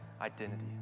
identity